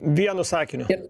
vienu sakiniu